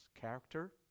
character